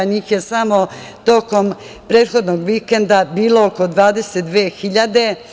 Njih je samo tokom prethodnog vikenda bilo oko 22.000.